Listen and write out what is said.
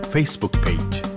Facebook-page